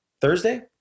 Thursday